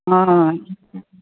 हय